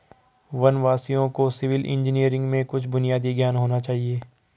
वनवासियों को civil engineering में कुछ बुनियादी ज्ञान होना चाहिए